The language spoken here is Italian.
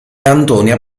antonia